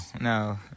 no